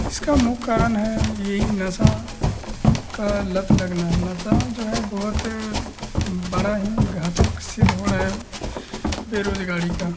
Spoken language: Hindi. इसका मुख्य कारण है यही नशा की लत लगना नशा जो है बहुत बड़ा ही घातक सिद्ध हो रहा है बेरोज़गारी का